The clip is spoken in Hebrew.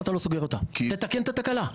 תתקן את התקלה.